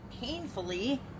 painfully